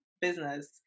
business